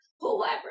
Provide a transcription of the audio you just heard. whoever